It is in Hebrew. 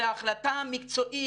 זה החלטה מקצועית,